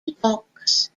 epochs